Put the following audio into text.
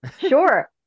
Sure